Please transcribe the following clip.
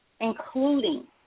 including